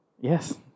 Yes